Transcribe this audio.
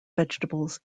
vegetables